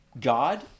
God